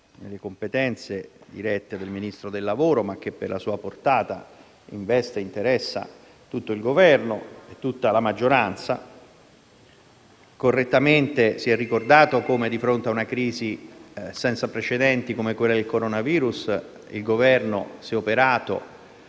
le competenze dirette del Ministero del lavoro ma che, per la sua portata, investe e interessa tutto il Governo e tutta la maggioranza. Correttamente si è ricordato come di fronte a una crisi senza precedenti come quella causata dal coronavirus, il Governo si è adoperato